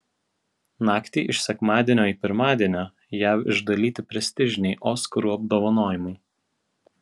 naktį iš sekmadienio į pirmadienio jav išdalyti prestižiniai oskarų apdovanojimai